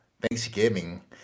Thanksgiving